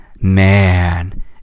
man